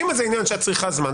אם זה עניין שאת צריכה זמן,